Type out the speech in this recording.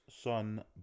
son